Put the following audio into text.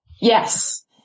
Yes